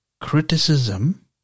criticism